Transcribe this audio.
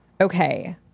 Okay